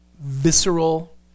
visceral